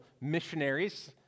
missionaries